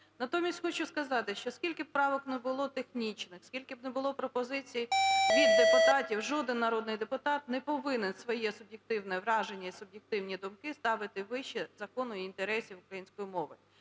Натомість хочу сказати, що скільки б правок не було технічних, скільки б не було пропозицій від депутатів, жоден народний депутат не повинен своє суб'єктивне враження і суб'єктивні думки ставити вище закону і інтересів української мови.